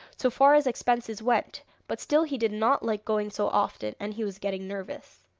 so far as expenses went but still he did not like going so often, and he was getting nervous.